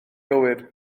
gywir